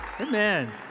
Amen